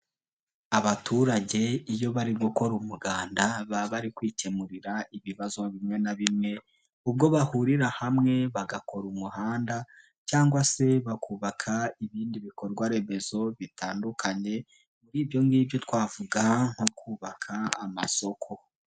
Abaturage iyo bari gukora umuganda baba bari kwikemurira ibibazo bimwe na bimwe, ubwo bahurira hamwe bagakora umuhanda cyangwa se bakubaka ibindi bikorwaremezo bitandukanye, ibyo ngibyo twavuga nko kubaka amasoko.